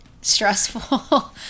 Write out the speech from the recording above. stressful